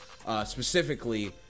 specifically